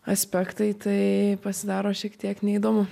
aspektai tai pasidaro šiek tiek neįdomu